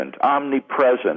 omnipresent